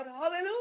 hallelujah